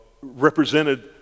represented